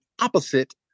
opposite